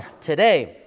today